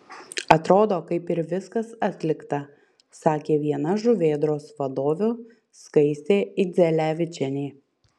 atrodo kaip ir viskas atlikta sakė viena žuvėdros vadovių skaistė idzelevičienė